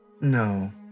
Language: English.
No